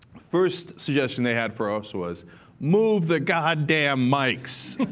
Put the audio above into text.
first suggestion they had for us was move the goddamn mics.